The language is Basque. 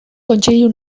kontseilu